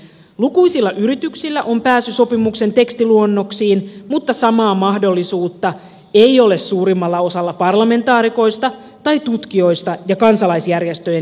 lukuisilla yrityksillä on pääsy sopimuksen tekstiluonnoksiin mutta samaa mahdollisuutta ei ole suurimmalla osalla parlamentaarikoista tai tutkijoista ja kansalaisjärjestöjen edustajista